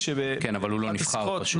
כן, אבל הוא לא נבחר פשוט.